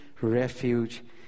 refuge